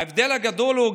ההבדל הגדול הוא,